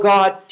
God